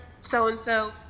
so-and-so